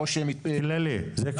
זה כללי?